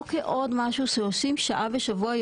לא כעוד משהו שעושים שעה בשבוע,